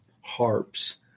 harps